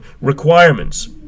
requirements